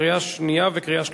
קריאה שנייה וקריאה שלישית.